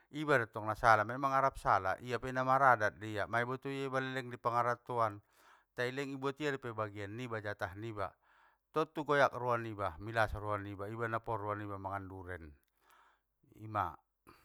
Iba dottong nasala memang narapsala, ia penamaradat dia maiboto ia iba na leleng i pangarattoan, tai leng i buat ia dope bagian niba jatah niba, tontu goyak roa niba milas roa niba iba napor roa niba mangan duren, ima.